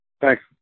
thanks